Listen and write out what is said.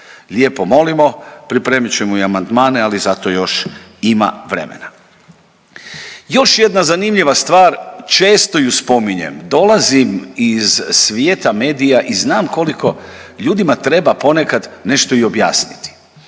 Lijepo molimo pripremit ćemo i amandmane ali za to još ima vremena. Još jedna zanimljiva stvar često ju spominjem, dolazim iz svijeta medija i znam koliko ljudima treba ponekad nešto i objasniti.